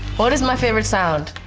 what is my favorite sound?